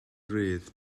rhydd